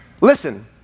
Listen